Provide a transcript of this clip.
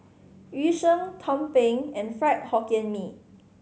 Yu Sheng tumpeng and Fried Hokkien Mee